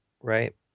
right